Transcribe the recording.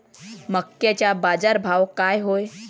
मक्याचा बाजारभाव काय हाय?